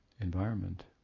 environment